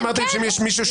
21,621 עד 21,640. מי בעד?